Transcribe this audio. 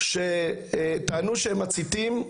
שטענו שהם מציתים,